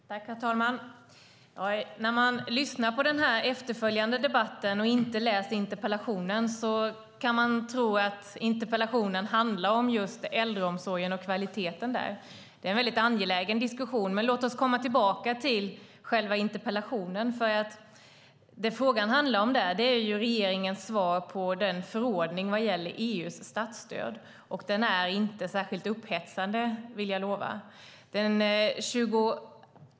Herr talman! När man lyssnar på den här efterföljande debatten och inte har läst interpellationen kan man tro att interpellationen handlar om just äldreomsorgen och kvaliteten där. Det är en mycket angelägen diskussion. Men låt oss komma tillbaka till själva interpellationen som handlar om regeringens svar på den förordning som gäller EU:s statsstöd, och den är inte särskilt upphetsande, vill jag lova.